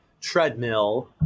treadmill